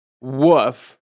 Woof